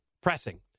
pressing